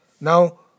now